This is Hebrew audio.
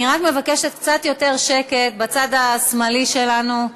אני רק מבקשת קצת יותר שקט בצד השמאלי שלנו,